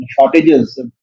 shortages